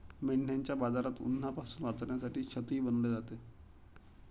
मेंढ्यांच्या बाजारात उन्हापासून वाचण्यासाठी छतही बनवले जाते